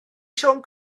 siôn